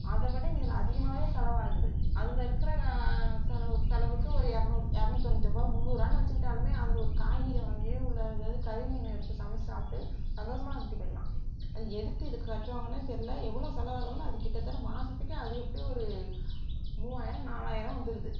அதை விட இதில் அதிகமாகவே செலவாகுது அதில் இருக்கிற செலவு செலவுக்கு ஒரு இரநூறு எரநூத்தி தொண்ணூத்தொம்போரூவா முன்னூறுரூவானு வெச்சுக்கிட்டாலுமே அதில் ஒரு காய்கறி வாங்கியோ உள்ளே எதாவது கறி மீன் எடுத்து சமைச்சி சாப்பிட்டு சந்தோஷமா இருந்துவிட்டு போயிடலாம் எதுக்கு இதுக்கு கட்டுறாங்கனே தெரில எவ்வளோ செலவாகுதுனா அது கிட்டதட்ட மாசத்துக்கு அது எப்படியும் ஒரு மூவாயிரம் நாலாயிரம் வந்துடுது